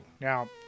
Now